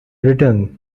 return